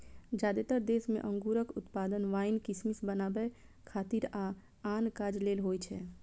जादेतर देश मे अंगूरक उत्पादन वाइन, किशमिश बनबै खातिर आ आन काज लेल होइ छै